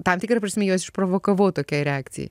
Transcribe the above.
tam tikra prasme juos išprovokavau tokiai reakcijai